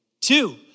Two